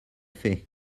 fait